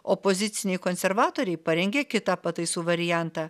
opoziciniai konservatoriai parengė kitą pataisų variantą